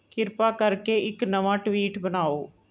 ਕਿਰਪਾ ਕਰਕੇ ਇੱਕ ਨਵਾਂ ਟਵੀਟ ਬਣਾਓ